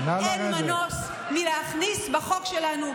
אין מנוס מלהכניס בחוק שלנו,